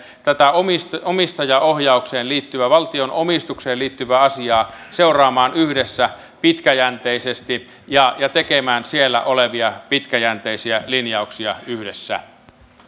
tätä omistajaohjaukseen liittyvää valtion omistukseen liittyvää asiaa seuraamaan yhdessä pitkäjänteisesti ja ja tekemään siellä olevia pitkäjänteisiä linjauksia yhdessä